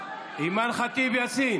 אינו נוכח בועז טופורובסקי,